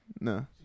No